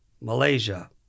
Malaysia